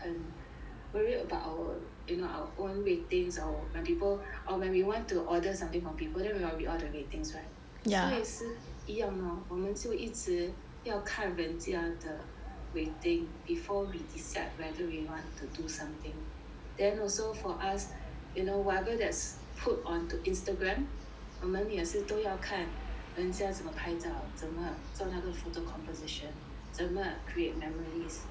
worried about our you know our own ratings or when people or when we want to order something from people then we will read all the ratings [what] so 也是一样呢我们就一直要看人家的 rating before we decide whether we want to do something then also for us you know whatever that's put onto Instagram 我们也是要看人家怎么拍照怎么做那个 photo composition 怎么 create memories